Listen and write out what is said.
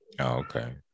Okay